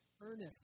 earnest